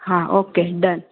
हा okay done